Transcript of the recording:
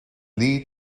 lead